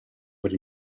per